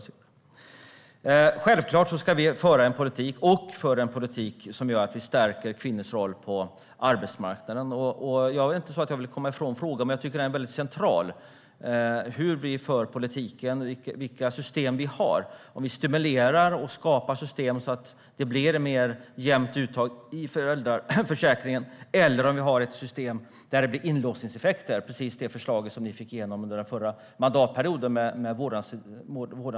Självklart ska vi föra en politik som gör att vi stärker kvinnors roll på arbetsmarknaden. Jag vill inte komma ifrån frågan, men jag tycker att det är väldigt centralt hur vi för politiken och vilka system vi har. Stimulerar och skapar vi system så att det blir ett mer jämnt uttag i föräldraförsäkringen, eller har vi ett system där det blir inlåsningseffekter? Jag tänker på precis det förslag om vårdnadsbidrag som ni fick igenom under den förra mandatperioden.